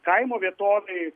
kaimo vietovėj